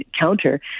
counter